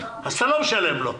אז אתה לא משלם לו.